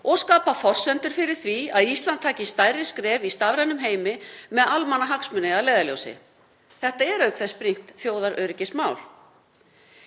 og skapa forsendur fyrir því að Ísland stígi stærri skref í stafrænum heimi með almannahagsmuni að leiðarljósi. Þetta er auk þess brýnt þjóðaröryggismál.